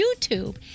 YouTube